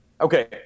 Okay